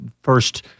first